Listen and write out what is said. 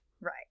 Right